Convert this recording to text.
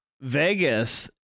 Vegas